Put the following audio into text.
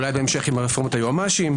אולי בהמשך עם רפורמת היועמ"שים,